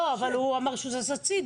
לא, אבל הוא אמר שהוא זז הצידה.